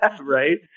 Right